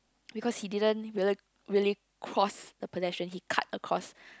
because he didn't really really cross the pedestrian he cut across